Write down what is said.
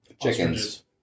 chickens